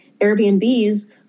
Airbnbs